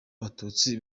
abatutsi